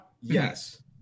yes